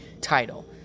title